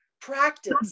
practice